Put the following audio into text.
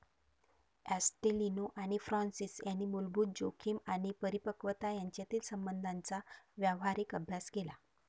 ॲस्टेलिनो आणि फ्रान्सिस यांनी मूलभूत जोखीम आणि परिपक्वता यांच्यातील संबंधांचा व्यावहारिक अभ्यास केला